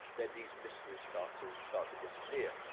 then these mystery start to start to disappear,